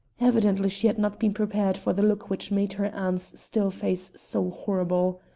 evidently she had not been prepared for the look which made her aunt's still face so horrible.